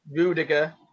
Rudiger